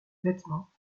vêtements